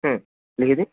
হুম লিখে দিন